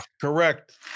Correct